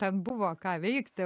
ten buvo ką veikti